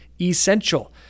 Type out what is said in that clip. essential